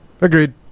Agreed